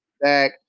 back